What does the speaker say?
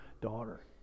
daughter